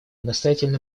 настоятельно